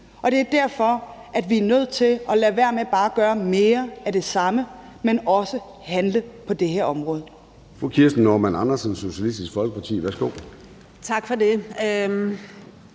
Og det er derfor, at vi er nødt til at lade være med bare at gøre mere af det samme og også handle på det her område. Kl. 11:14 Formanden (Søren Gade): Fru Kirsten Normann Andersen, Socialistisk Folkeparti. Værsgo. Kl.